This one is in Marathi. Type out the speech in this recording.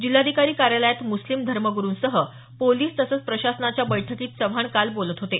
जिल्हाधिकारी कार्यालयात मुस्लिम धर्मग्रूंसह पोलीस तसंच प्रशासनाच्या बैठकीत चव्हाण काल बोलत होते